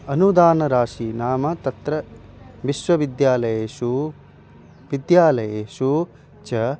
अनुदानराशिः नाम तत्र विश्वविद्यालयेषु विद्यालयेषु च